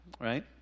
right